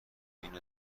اینو